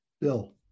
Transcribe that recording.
Bill